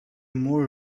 more